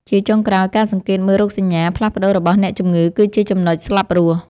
ជាចុងក្រោយ ការសង្កេតមើលរោគសញ្ញាផ្លាស់ប្តូររបស់អ្នកជំងឺគឺជាចំណុចស្លាប់រស់។